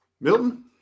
Milton